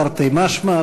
תרתי משמע,